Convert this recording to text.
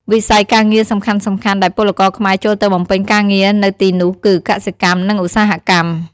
វិស័យការងារសំខាន់ៗដែលពលករខ្មែរចូលទៅបំពេញការងារនៅទីនោះគឺ កសិកម្ម និង ឧស្សាហកម្ម ។